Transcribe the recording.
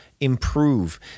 improve